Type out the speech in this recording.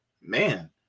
man